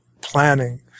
planning